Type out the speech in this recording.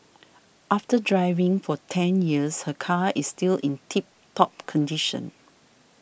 after driving for ten years her car is still in tip top condition